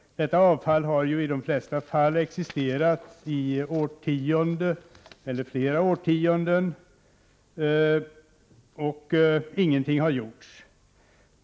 Detta avfall har i de flesta fall existerat i årtionden, och ingenting har gjorts.